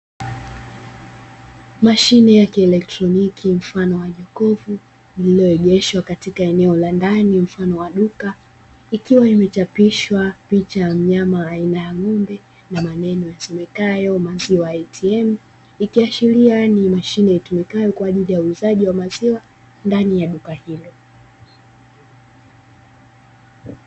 Mashine ya kielektroniki mfano wa jokofu lililoegeshwa katika eneo la ndani mfano wa duka ikiwa imechapishwa picha ya mnyama aina ya ng'ombe na maneno yasomekayo maziwa ya "ATM". Ikiashiria ni mashine itumikayo kwa ajili ya uuzaji wa maziwa ndani ya duka hilo.